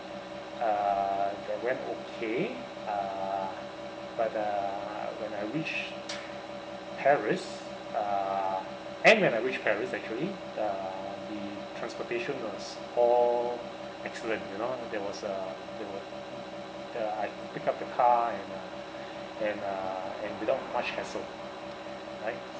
uh that went okay uh but uh when I reach paris uh and when I reach paris actually uh the transportation was all excellent you know there was a there were the I pick up the car and uh and uh and without much hassle right